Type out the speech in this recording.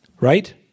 Right